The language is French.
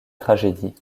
tragédie